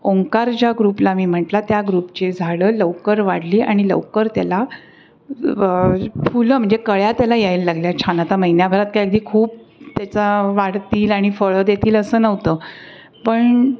ओंकार ज्या ग्रुपला मी म्हटला त्या ग्रुपचे झाडं लवकर वाढली आणि लवकर त्याला फुलं म्हणजे कळ्या त्याला यायला लागल्या छान आता महिन्याभरात काय अगदी खूप त्याचा वाढतील आणि फळं देतील असं नव्हतं पण